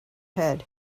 head